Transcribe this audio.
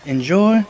Enjoy